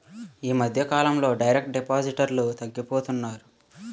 ఈ మధ్యకాలంలో డైరెక్ట్ డిపాజిటర్లు తగ్గిపోతున్నారు